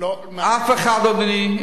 אף אחד, אדוני.